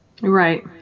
right